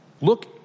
Look